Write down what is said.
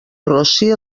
rossí